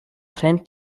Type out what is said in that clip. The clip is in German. trennt